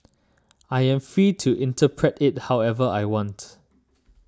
I am free to interpret it however I want